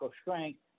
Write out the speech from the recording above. strength